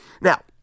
Now